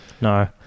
No